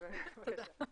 תודה.